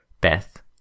Beth